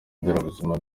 nderabuzima